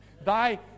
Thy